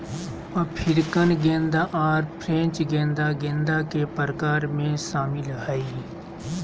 African गेंदा और French गेंदा गेंदा के प्रकार में शामिल हइ